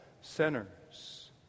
sinners